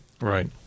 Right